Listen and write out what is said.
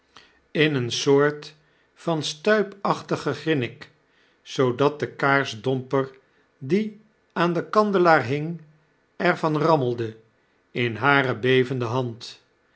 in een soort van stuipachtig gegrinnik zoodat de kaarsendomper die aan den kandelaar hing er van rammelde in hare bevende hand